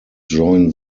join